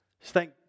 Thank